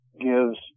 gives